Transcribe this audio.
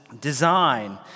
design